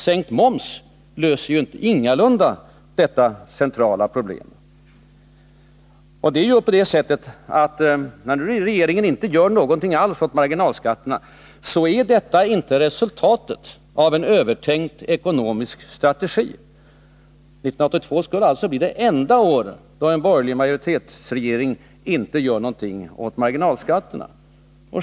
Sänkt moms löser ingalunda detta centrala problem. När nu regeringen inte gör någonting alls åt marginalskatterna, så är detta inte resultatet av en övertänkt ekonomisk strategi. 1982 skulle alltså bli det enda året då en borgerlig regering inte gör någonting åt marginalskatterna.